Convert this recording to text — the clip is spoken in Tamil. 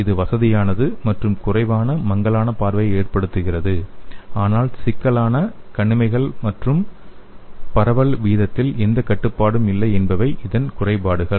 இது வசதியானது மற்றும் குறைவான மங்கலான பார்வையை ஏற்படுத்துகிறது ஆனால் சிக்கலான கண் இமைகள் மற்றும் பரவல் விகிதத்தில் எந்த கட்டுப்பாடும் இல்லை என்பவை இதன் குறைபாடுகள்